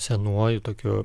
senuoju tokiu